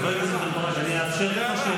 אני לא מפריע.